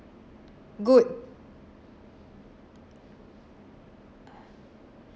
good